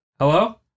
Hello